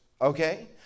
okay